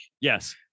Yes